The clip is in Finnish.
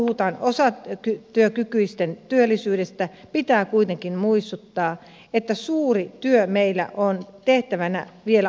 aina kun puhutaan osatyökykyisten työllisyydestä pitää kuitenkin muistuttaa että suuri työ meillä on tehtävänä vielä asennepuolella